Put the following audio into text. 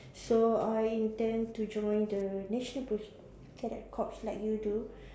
so I intend to join the national police cadet corps like you do